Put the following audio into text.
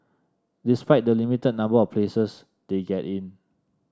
despite the limited number of places they get in